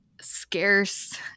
scarce